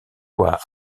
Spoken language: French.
quoi